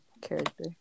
character